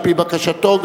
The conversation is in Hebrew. על-פי בקשתו,